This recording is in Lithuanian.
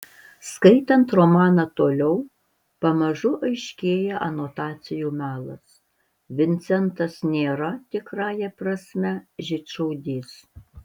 skaitant romaną toliau pamažu aiškėja anotacijų melas vincentas nėra tikrąja prasme žydšaudys